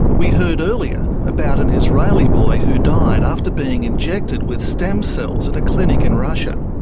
we heard earlier about an israeli boy who died after being injected with stem cells at a clinic in russia.